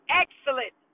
excellent